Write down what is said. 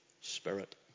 spirit